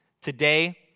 Today